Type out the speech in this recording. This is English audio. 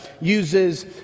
uses